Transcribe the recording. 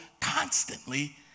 constantly